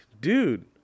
dude